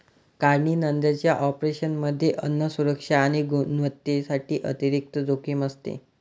काढणीनंतरच्या ऑपरेशनमध्ये अन्न सुरक्षा आणि गुणवत्तेसाठी अतिरिक्त जोखीम असते